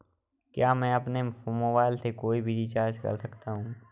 क्या मैं अपने मोबाइल से कोई भी रिचार्ज कर सकता हूँ?